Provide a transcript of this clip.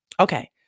Okay